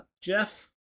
Jeff